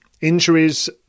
injuries